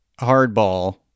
hardball